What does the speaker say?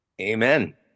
Amen